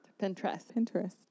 Pinterest